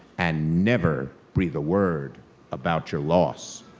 and never breathe a word about your loss,